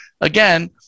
again